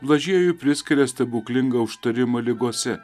blažiejui priskiria stebuklingą užtarimą ligose